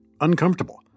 uncomfortable